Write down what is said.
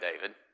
david